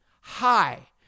hi